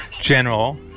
general